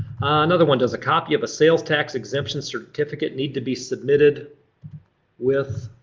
another one, does a copy of a sales tax exemption certificate need to be submitted with.